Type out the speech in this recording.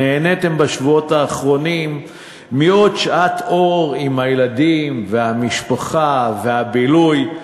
נהניתם בשבועות האחרונים מעוד שעת אור עם הילדים והמשפחה ומהבילוי.